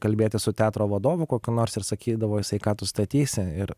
kalbėti su teatro vadovu kokiu nors ir sakydavo jisai ką tu statysi ir